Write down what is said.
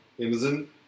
Amazon